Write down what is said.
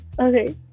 Okay